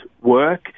work